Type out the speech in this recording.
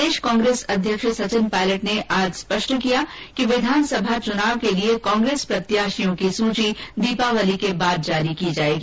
प्रदेश कांग्रेस अध्यक्ष सचिन पायलट ने आज स्पष्ट किया कि विघानसभा चुनाव के लिए कांग्रेस प्रत्याशियों की सूची दीपावली बाद जारी करेगी